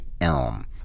Elm